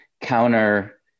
counter